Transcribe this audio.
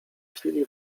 chwili